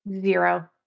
Zero